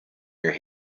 your